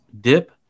dip